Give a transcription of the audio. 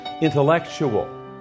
intellectual